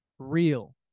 real